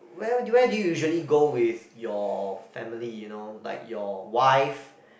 where where do you usually go with your family you know like your wife